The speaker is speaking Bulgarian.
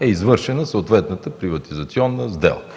е извършена съответната приватизационна сделка.